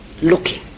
looking